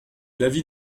l’avis